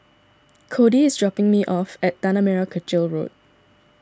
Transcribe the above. Codey is dropping me off at Tanah Merah Kechil Road